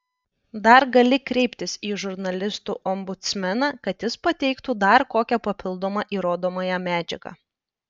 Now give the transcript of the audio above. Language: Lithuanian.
dar gali kreiptis į žurnalistų ombudsmeną kad jis pateiktų dar kokią papildomą įrodomąją medžiagą